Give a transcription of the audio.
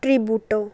ਟ੍ਰੀਬੂਟੋ